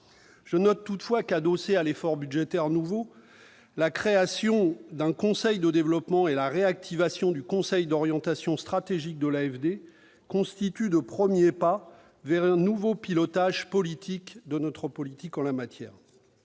Je note toutefois que, adossées à l'effort budgétaire nouveau annoncé, la création d'un conseil de développement et la réactivation du conseil d'orientation stratégique de l'AFD constituent de premiers pas vers un nouveau pilotage de notre politique en la matière.